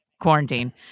quarantine